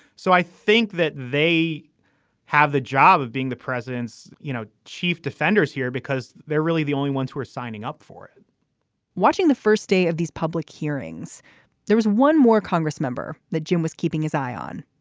so i think that they have the job of being the president's you know chief defenders here because they're really the only ones who are signing up for it watching the first day of these public hearings there was one more congress member that jim was keeping his eye on.